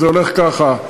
זה הולך ככה: